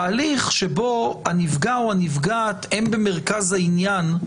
הליך שבו הנפגע או הנפגעת הם במרכז העניין,